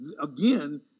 again